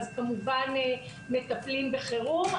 כמובן מטפלים בחירום,